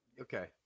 Okay